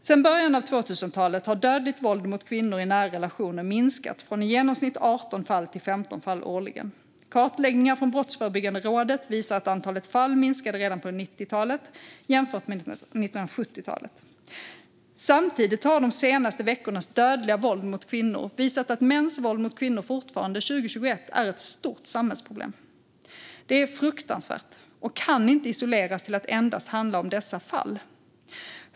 Sedan början av 2000-talet har dödligt våld mot kvinnor i nära relationer minskat från i genomsnitt 18 fall till 15 fall årligen. Kartläggningar från Brottsförebyggande rådet visar att antalet fall minskade redan på 1990-talet jämfört med 1970-talet. Samtidigt har de senaste veckornas dödliga våld mot kvinnor visat att mäns våld mot kvinnor fortfarande 2021 är ett stort samhällsproblem. Detta är fruktansvärt och kan inte isoleras till att endast handla om dessa fall.